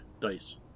dice